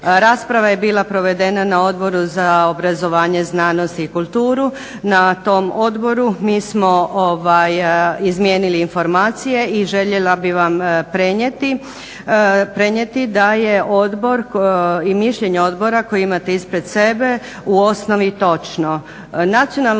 Rasprava je bila provedena na Odboru za obrazovanje, znanost i kulturu. Na tom Odboru mi smo izmijenili informacije i željela bih vam prenijeti da je Odbor i mišljenje odbora koji imate ispred sebe u osnovi točno. Nacionalno